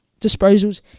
disposals